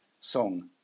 song